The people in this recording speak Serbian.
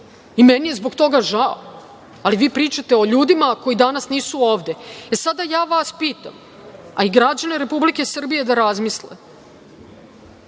Meni je zbog toga žao, ali vi pričate o ljudima koji danas nisu ovde.E, sada ja vas pitam, a i građane Republike Srbije da razmisle,